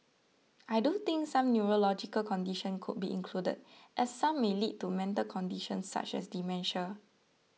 I do think some neurological conditions could be included as some may lead to mental conditions such as dementia